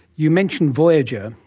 you mentioned voyager,